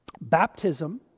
baptism